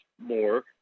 more